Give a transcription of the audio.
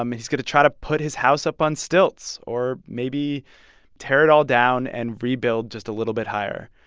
um he's going to try to put his house up on stilts or maybe tear it all down and rebuild just a little bit higher.